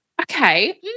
Okay